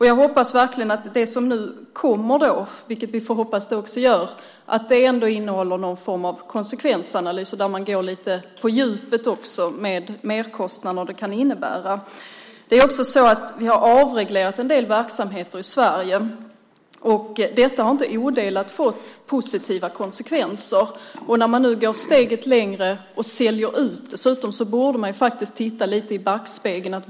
Jag hoppas verkligen att det som nu kommer, vilket vi får hoppas att det gör, ändå innehåller någon form av konsekvensanalyser där man går lite på djupet med merkostnaden och vad den kan innebära. Vi har också avreglerat en del verksamheter i Sverige. Detta har inte fått odelat positiva konsekvenser. När man nu går steget längre och dessutom säljer ut borde man faktiskt titta lite i backspegeln.